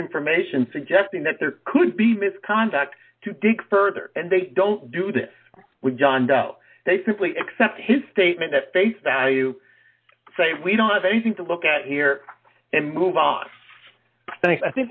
information suggesting that there could be misconduct to dig further and they don't do that with john doe they simply accept his statement at face value say we don't have anything to look at here and move on i think i think